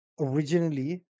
originally